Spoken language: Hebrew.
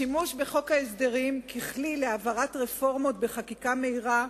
השימוש בחוק ההסדרים ככלי להעברת רפורמות בחקיקה מהירה,